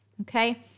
okay